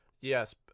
Yes